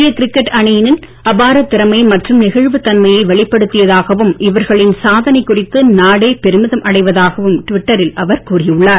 இந்திய கிரிக்கெட் அணியினர் அபாரத் திறமை மற்றும் நெகழ்வுத் தன்மையை வெளிப்படுத்தியதாகவும் இவர்களின் சாதனை குறித்து நாடே பெருமிதம் அடைவதாகவும் டுவிட்டரில் அவர் கூறியுள்ளார்